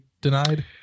denied